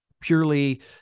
purely